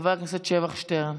חבר הכנסת שבח שטרן.